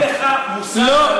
אין לך מושג על מה אתה מדבר.